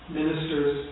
ministers